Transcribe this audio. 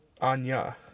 Anya